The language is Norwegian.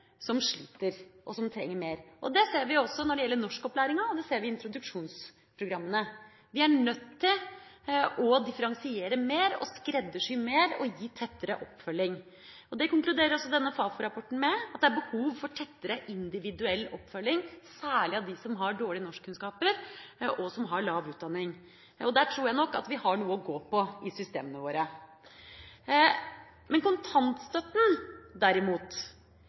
som sliter, og som trenger mer. Det ser vi også når det gjelder norskopplæringa, og det ser vi i introduksjonsprogrammene. Vi er nødt til å differensiere mer og skreddersy mer og gi tettere oppfølging. Denne Fafo-rapporten konkluderer også med at det er behov for tettere individuell oppfølging særlig av dem som har dårlige norskkunnskaper, og som har lav utdanning. Der tror jeg nok at vi har noe å gå på i systemene våre. For kontantstøtten, derimot,